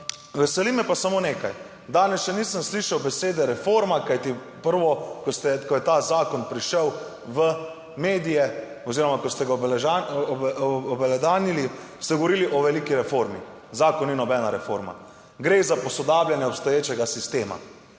Veseli me pa samo nekaj; danes še nisem slišal besede reforma, kajti prvo, ko ste, ko je ta zakon prišel v medije oziroma ko ste ga obelodanili, ste govorili o veliki reformi. Zakon ni nobena reforma, gre za posodabljanje obstoječega sistema